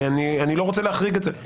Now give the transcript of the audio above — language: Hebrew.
אני לא רוצה להחריג את זה,